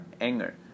anger